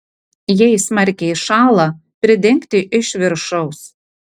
jei smarkiai šąla pridengti iš viršaus